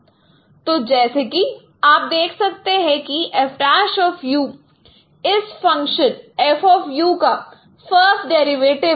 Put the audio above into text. तो जैसे कि आप देख सकते हैं F' इस फंक्शन F का फ़र्स्ट डेरिवेटिव है